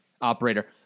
operator